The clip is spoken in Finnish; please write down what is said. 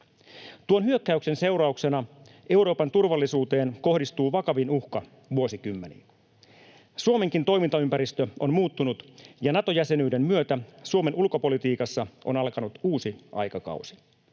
Tuon hyökkäyksen seurauksena Euroopan turvallisuuteen kohdistuu vakavin uhka vuosikymmeniin. Suomenkin toimintaympäristö on muuttunut, ja Nato-jäsenyyden myötä Suomen ulkopolitiikassa on alkanut uusi aikakausi.